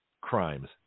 crimes